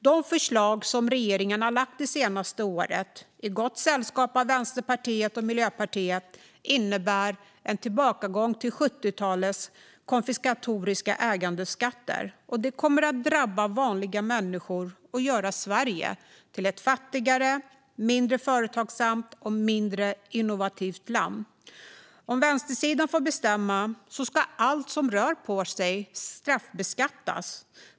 De förslag som regeringen har lagt fram det senaste året, i gott sällskap av Vänsterpartiet och Miljöpartiet, innebär en tillbakagång till 70-talets konfiskatoriska ägandeskatter. Det kommer att drabba vanliga människor och göra Sverige till ett fattigare, mindre företagsamt och mindre innovativt land. Om vänstersidan får bestämma ska allt som rör på sig straffbeskattas.